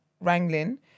wrangling